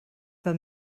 fel